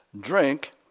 drink